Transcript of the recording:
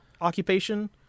occupation